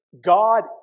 God